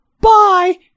bye